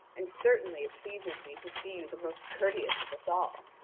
and certainly it pleases me to see you the most courteous of us all.